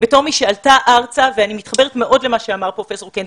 ואני מתחברת מאוד למה שאמר פרופ' קנדל,